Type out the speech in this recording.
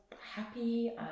happy